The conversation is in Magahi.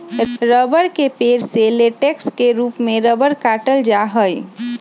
रबड़ के पेड़ से लेटेक्स के रूप में रबड़ काटल जा हई